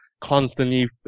constantly